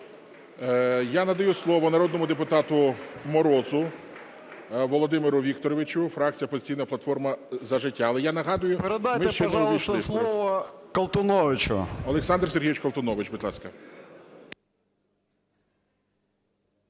Я надаю слово народному депутату Морозу Володимиру Вікторовичу, фракція "Опозиційна платформа – За життя". Але я нагадую… 12:42:11 МОРОЗ В.В. Передайте, пожалуйста, слово Колтуновичу. ГОЛОВУЮЧИЙ. Олександр Сергійович Колтунович, будь ласка.